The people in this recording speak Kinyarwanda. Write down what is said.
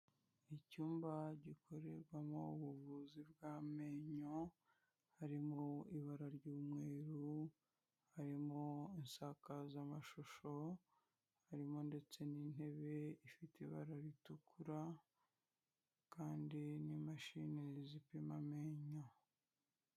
Icyumba gikorerwamo ubuvuzi bw'amenyo, harimo ibara ry'umweru, harimo insakazamashusho, harimo ndetse n'intebe ifite ibara ritukura, kandi n'imashini zipima amenyo.